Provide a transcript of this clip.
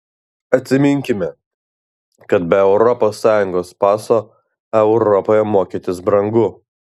atsiminkime kad be europos sąjungos paso europoje mokytis brangu